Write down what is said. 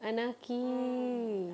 anaki